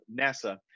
NASA